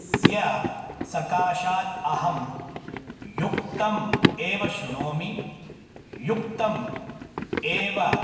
तस्य सकाशात् अहं युक्तम् एव शृणोमि युक्तम् एव